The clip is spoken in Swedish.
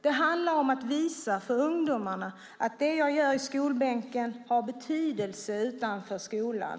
Det handlar om att visa för ungdomarna att det de gör i skolbänken har betydelse utanför skolan.